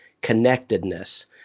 connectedness